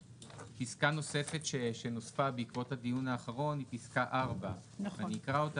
פסקה נוספת שנוספה בעקבות הדיון האחרון היא פסקה 4. אני אקרא אותה